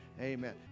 amen